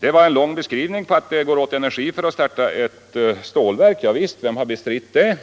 Det var en lång beskrivning vi fick på att det går åt energi för att starta ett stålverk. Ja, visst gör det så, men vem har bestritt det?